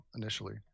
initially